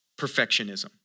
perfectionism